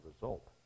result